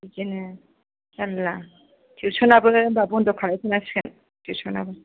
बिदिनो जारला टिउसनाबो होनबा बन्द खालाम थ'नांसिगोन टिउसनाबो